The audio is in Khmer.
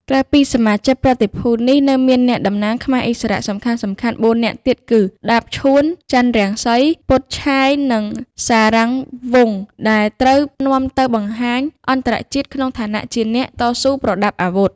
ក្រៅពីសមាជិកប្រតិភូនេះ នៅមានអ្នក តំណាងខ្មែរឥស្សរៈសំខាន់ៗបួននាក់ទៀត គឺដាប ឈួន ចន្ទរង្សី ពុត ឆាយ និង សារាំងវង្ស ដែលត្រូវនាំ ទៅបង្ហាញអន្តរជាតិ ក្នុងឋានៈជាអ្នកតស៊ូប្រដាប់អាវុធ។